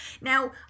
Now